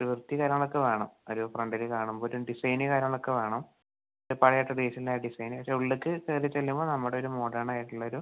ഒരു വൃത്തി കാര്യങ്ങളൊക്കെ വേണം ഒരു ഫ്രണ്ടില് കാണുമ്പോൾ ഒരു ഡിസൈന് കാര്യങ്ങളൊക്കെ വേണം പഴയ ട്രഡീഷണൽ ആ ഡിസൈന് പക്ഷെ ഉള്ളിലേക്ക് കയറി ചെല്ലുമ്പോൾ നമ്മുടെ ഒരു മോഡേണായിട്ടുള്ള ഒരു